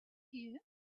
here